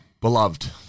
beloved